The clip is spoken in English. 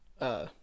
Uh-